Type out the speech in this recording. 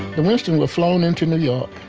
the winstons were flown in to new york,